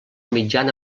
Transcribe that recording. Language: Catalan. mitjana